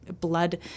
blood